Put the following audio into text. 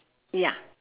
ya